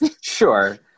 Sure